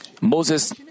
Moses